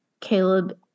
Caleb